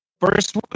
first